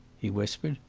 he whispered.